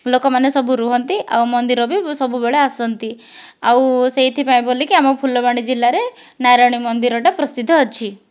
ଲୋକମାନେ ସବୁ ରୁହନ୍ତି ଆଉ ମନ୍ଦିର ବି ସବୁବେଳେ ଆସନ୍ତି ଆଉ ସେଇଥିପାଇଁ ବୋଲିକି ଆମ ଫୁଲବାଣୀ ଜିଲ୍ଲାରେ ନାରାୟଣୀ ମନ୍ଦିରଟା ପ୍ରସିଦ୍ଧ ଅଛି